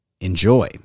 enjoy